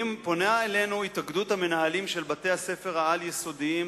התאגדות המנהלים של בתי-הספר העל-יסודיים